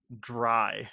dry